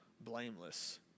blameless